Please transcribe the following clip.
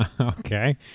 Okay